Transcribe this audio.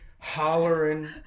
hollering